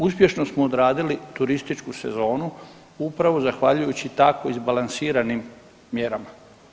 Uspješno smo odradili turističku sezonu upravo zahvaljujući tako izbalansiranim mjerama.